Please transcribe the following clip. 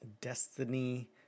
Destiny